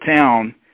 town